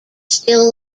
still